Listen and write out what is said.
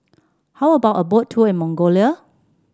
how about a Boat Tour in Mongolia